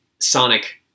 Sonic